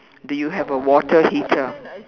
do you have a water heater